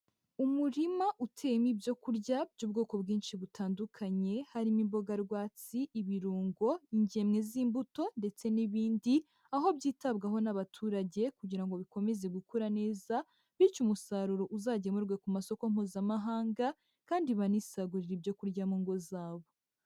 Umurima uteyemo ibyo kurya by'ubwoko bwinshi butandukanye harimo imboga rwatsi, ibirungo, ingemwe z'imbuto ndetse n'ibindi, aho byitabwaho n'abaturage kugira ngo bikomeze gukura neza, bityo umusaruro uzagemurwe ku masoko Mpuzamahanga kandi banisagurire ibyo kurya mu ngo zabo.